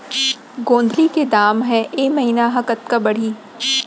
गोंदली के दाम ह ऐ महीना ह कतका बढ़ही?